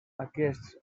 aquests